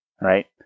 right